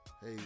Hey